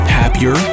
happier